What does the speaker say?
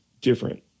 different